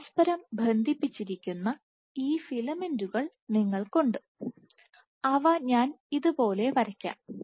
പരസ്പരം ബന്ധിപ്പിച്ചിരിക്കുന്ന ഈ ഫിലമെന്റുകൾ നിങ്ങൾക്കുണ്ട് അവ ഞാൻ ഇതുപോലെ വരയ്ക്കാം